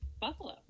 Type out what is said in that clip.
buffalo